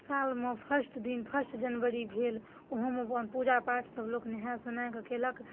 सालमे फर्स्ट दिन फर्स्ट जनवरी भेल ओहोमे अपन पूजापाठ सब लोक नहाए सुनाए कऽ कयलक